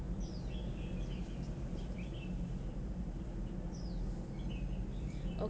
okay